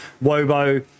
Wobo